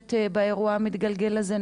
פוגשת באירוע המתגלגל הזה?